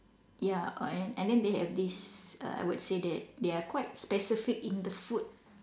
ya and and then they have this err I would say that they are quite specific in the food